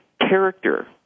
character